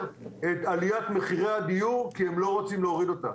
את עליית מחירי הדיור כי הם לא רוצים להוריד אותם.